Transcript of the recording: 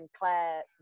Claire